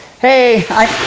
hey, i